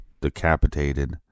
decapitated